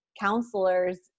counselor's